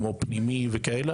כמו פנימאים וכו'?